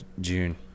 June